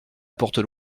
portent